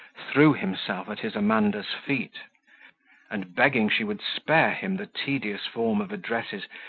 threw himself at his amanda's feet and begging she would spare him the tedious form of addresses,